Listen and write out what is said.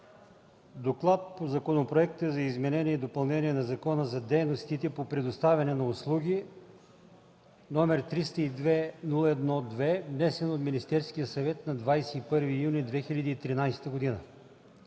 „ДОКЛАД по Законопроекта за изменение и допълнение на Закона за дейностите по предоставяне на услуги, № 302-01-2, внесен от Министерския съвет на 21 юни 2013 г.